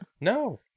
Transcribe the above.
No